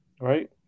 Right